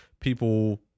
people